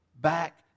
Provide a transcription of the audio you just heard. back